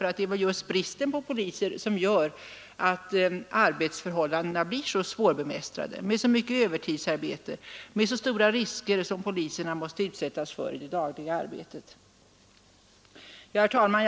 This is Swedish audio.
Det är väl just bristen på poliser som gör att arbetsförhållandena blir så svårbemästrade, med så mycket övertidsarbete och med de stora risker som poliserna måste utsättas för i den dagliga verksamheten. Herr talman!